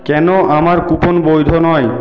কেন আমার কুপন বৈধ নয়